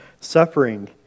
Suffering